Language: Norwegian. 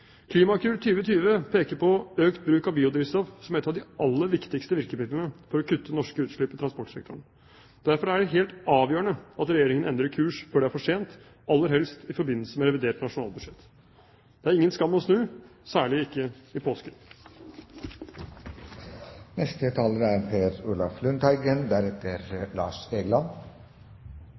Klimakur 2020 peker på økt bruk av biodrivstoff som et av de aller viktigste virkemidlene for å kutte norske utslipp i transportsektoren. Derfor er det helt avgjørende at Regjeringen endrer kurs før det er for sent, aller helst i forbindelse med revidert nasjonalbudsjett. Det er ingen skam å snu – særlig ikke i påsken.